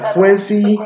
Quincy